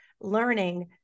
learning